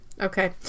Okay